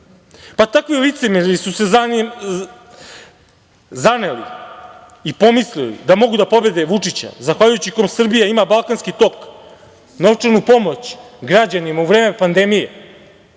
Pa, takvi licemeri su se zaneli i pomislili da mogu da pobede Vučića zahvaljujući kome Srbija ima Balkanski tok, novčanu pomoć građanima u vreme pandemije,